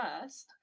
first